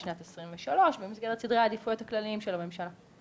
לשנת 2023 במסגרת סדרי העדיפויות הכלליים של הממשלה.